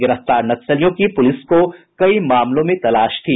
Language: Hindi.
गिरफ्तार नक्सलियों की पुलिस को कई मामलों में तलाश थी